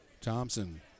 Thompson